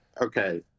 Okay